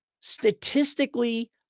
statistically